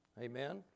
Amen